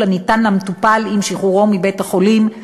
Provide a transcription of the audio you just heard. הניתן למטופל עם שחרורו מבית-החולים,